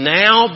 now